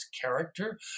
character